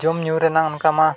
ᱡᱚᱢ ᱧᱩ ᱨᱮᱱᱟᱜ ᱚᱱᱠᱟᱢᱟ